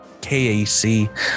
KAC